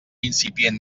incipient